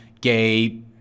gay